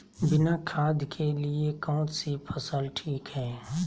बिना खाद के लिए कौन सी फसल ठीक है?